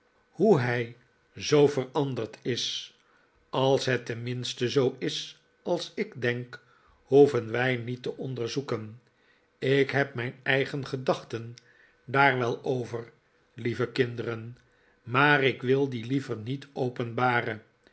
hoe hij zoo veranderd is als het tenminste zoo is als ik denk hoeven wij niet te onderzoeken ik heb mijn eigen gedachten daar wel over lieve kinderen maar ik wi l die liever niet openbaren